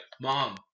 Mom